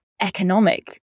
economic